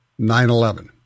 9-11